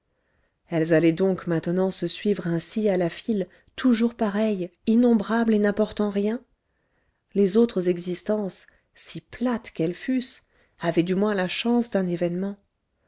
elles allaient donc maintenant se suivre ainsi à la file toujours pareilles innombrables et n'apportant rien les autres existences si plates qu'elles fussent avaient du moins la chance d'un événement